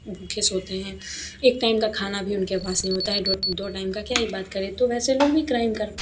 भूखे सोते हैं एक टाइम का खाना भी उनके पास नहीं होता है डो दो टाइम का क्या ही बात करें तो वैसे लोग भी क्राइम कर